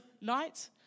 night